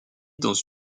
dans